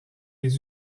les